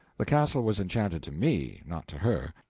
the castle was enchanted to me, not to her.